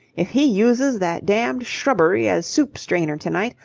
if he uses that damned shrubbery as soup-strainer to-night,